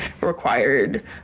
required